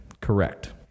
Correct